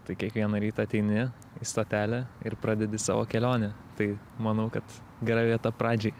tai kiekvieną rytą ateini į stotelę ir pradedi savo kelionę tai manau kad gera vieta pradžiai